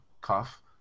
cuff